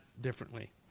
differently